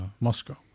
Moscow